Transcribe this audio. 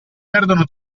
perdono